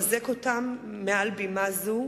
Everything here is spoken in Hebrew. ומעל בימה זו